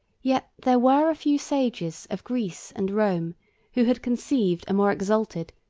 yet there were a few sages of greece and rome who had conceived a more exalted,